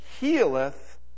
healeth